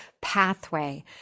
Pathway